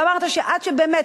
ואמרת שעד שבאמת,